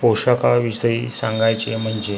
पोषाखाविषयी सांगायचे म्हणजे